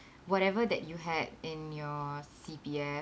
whatever that you had in your C_P_F